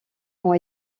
ont